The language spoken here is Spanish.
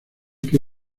que